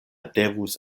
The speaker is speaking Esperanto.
devus